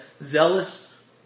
zealous